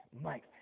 Mike